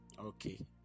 Okay